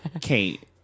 Kate